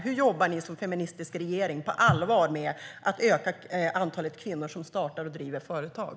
Hur jobbar ni som feministisk regering för att på allvar öka antalet kvinnor som startar och driver företag?